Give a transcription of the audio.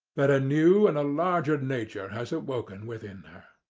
that a new and a larger nature has awoken within her.